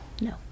No